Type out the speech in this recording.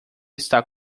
está